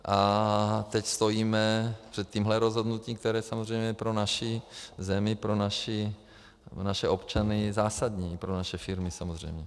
A teď stojíme před tímhle rozhodnutím, které samozřejmě je pro naši zemi, pro naše občany zásadní, i pro naše firmy, samozřejmě.